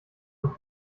und